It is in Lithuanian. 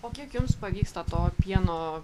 o kiek jums pavyksta to pieno